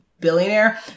billionaire